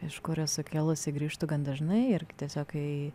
iš kur esu kilusi grįžtu gan dažnai ir tiesiog kai